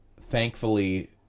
thankfully